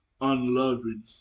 unloving